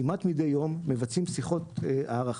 כמעט מדי יום, אנחנו מבצעים שיחות הערכה.